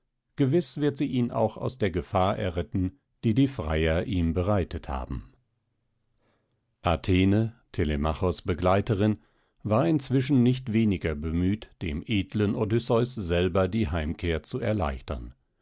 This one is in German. gewiß wird sie ihn auch aus der gefahr erretten die die freier ihm bereitet haben athene telemachos begleiterin war inzwischen nicht weniger bemüht dem edlen odysseus selber die heimkehr zu erleichtern